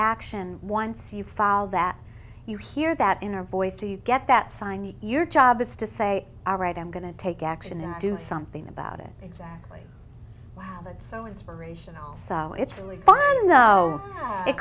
action once you fall that you hear that inner voice to get that sign your job is to say all right i'm going to take action and do something about it exactly wow that's so inspirational so it's really fun it